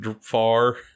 far